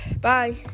Bye